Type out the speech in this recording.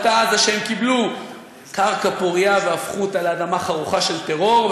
אותה עזה שהם קיבלו אותה קרקע פורייה והפכו אותה לאדמה חרוכה של טרור,